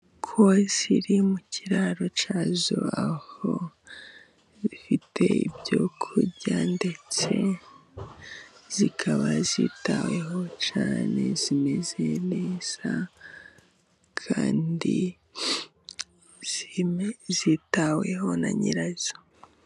Inkoko ziri mu kiraro cyazo, aho zifite ibyo kurya ndetse zikaba zitaweho cyane, zimeze neza kandi zitaweho na nyirazo.